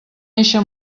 eixe